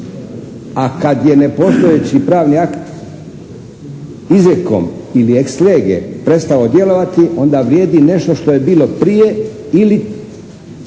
a kad je nepostojeći pravni akt izrijekom ili ex lege prestao djelovati onda vrijedi nešto što je bilo prije ili